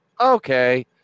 Okay